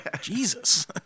Jesus